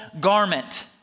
garment